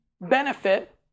benefit